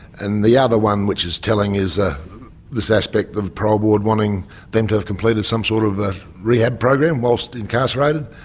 and the other one, which is telling is ah this aspect of the parole board wanting them to have completed some sort of rehab program while so incarcerated.